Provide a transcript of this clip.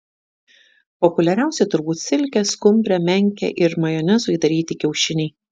populiariausi turbūt silke skumbre menke ir majonezu įdaryti kiaušiniai